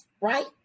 right